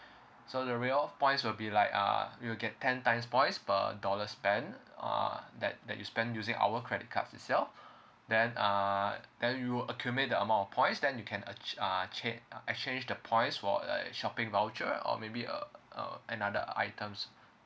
so the rewards points will be like uh you'll get ten times points per dollar spend uh that that you spent using our credit cards itself then uh then you'll accumulate the amount of points then you can e~ uh exchange the points for a shopping voucher or maybe uh uh another items